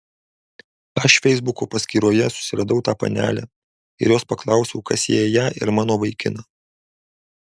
aš feisbuko paskyroje susiradau tą panelę ir jos paklausiau kas sieja ją ir mano vaikiną